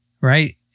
right